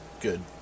Good